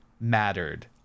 mattered